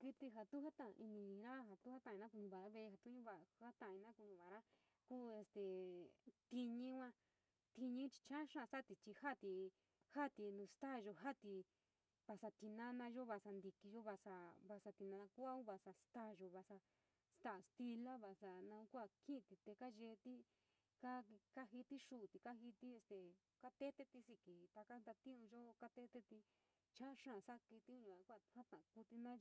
Kití ja tu jataii inira, jstu jataina kuñavara ve’e jaa tu ñuva ja tu jataina kuñuvara kuu este kuu tiñi yua tiñi chaa xáá kati ti jaati jaati nu staayo, jaati, vasa tinanayo, vasa ntikiyo, vasa vasa tinanakua, vass stayo, staa tila, vasa naun kunkuaa kiití kayeti kaa jiiti xuutí, kaa jite, kaa tetetí sikp tska ntatiunyo kaateteti, chaa xaa kaa kitiun yua kua tu jata’a kuetíina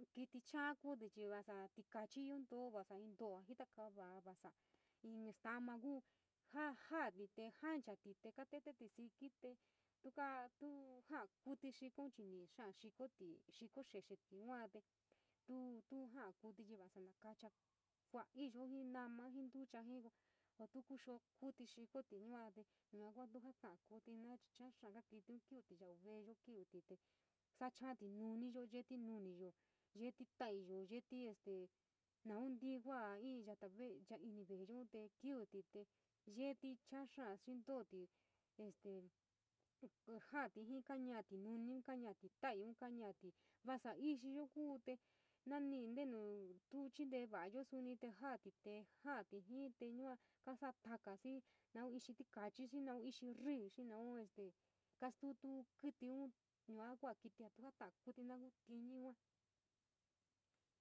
este kiti cha’a kuti te vasa tikachiyo ioo ntoo, vasa in to’o joa jitakaaa va’a vasa inn sa’ama kuu, ja, janite ja’anti te kaa teleti siki te tuu kaa, tuu jaa kuiti cico chii ñi’ii xáá jaa xikoti, xiko xexeti yua te tuu tu ja’a kuiti chii vasa naakacha voaiyo jii nama jii ntucho, jii koo tuu ku xoo kuíti xikoti kaa kítíun kiutí yau ve’eyo, kiuiti te saa chaati nuniyo, yeeti nuniyo, yeti taiyo yeeti este noun inti va’a yoyo ve’eyo ini ve’eyo te kiuti, te yeeti cha’a xáá xintooti este jaati jiin kañaati nuni, kañoti taii, kañoti vasa isiyo kuu te noñite ntenu tuu chinte yua kasa’o taka, xii naun ixi tikaachi, xii naun ixi ríí xii naun es kastutu kitiun yua kua kitia tuu tuu jata kuíti ini kuu tiniun yua.